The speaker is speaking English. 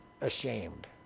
ashamed